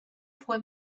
fue